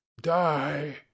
die